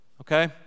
Okay